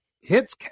hits